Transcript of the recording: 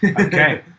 Okay